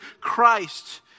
Christ